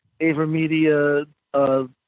AverMedia